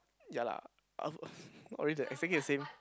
ya lah I I I think is same